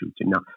Now